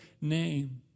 name